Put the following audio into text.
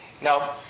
Now